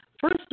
First